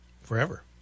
forever